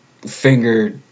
finger